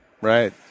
Right